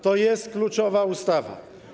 To jest kluczowa ustawa.